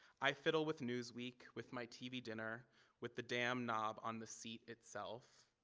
i fiddle with newsweek with my tv dinner with the damn knob on the seat itself.